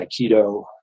aikido